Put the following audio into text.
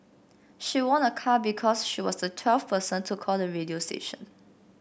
she won a car because she was the twelfth person to call the radio station